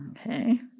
Okay